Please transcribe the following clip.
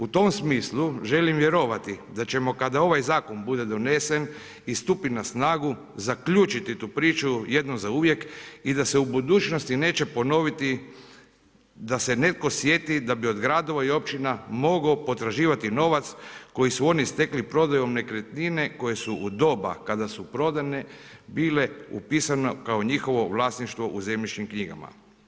U tom smislu želim vjerovati da ćemo kada ovaj zakon bude donesen i stupi na snagu zaključiti tu priču jednom zauvijek i da se u budućnosti neće ponoviti da se neko sjeti da bi od gradova i općina mogao potraživati novac koji su oni stekli prodajom nekretnine koje su u doba kada su prodane bile upisane kao njihovo vlasništvo u zemljišnim knjigama.